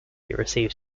received